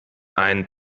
ein